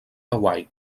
hawaii